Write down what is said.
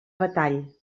batall